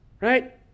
right